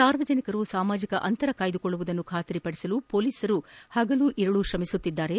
ಸಾರ್ವಜನಿಕರು ಸಾಮಾಜಿಕ ಅಂತರ ಕಾಯ್ದುಕೊಳ್ಳುವುದನ್ನು ಖಾತ್ರಿಪದಿಸಲು ಪೊಲೀಸರು ಹಗಲಿರುಳು ಶ್ರಮಿಸುತ್ತಿದ್ದಾರೆ